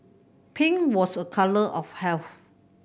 pink was a colour of health